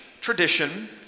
tradition